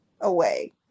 away